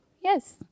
yes